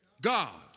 God